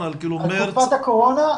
על תקופת הקורונה.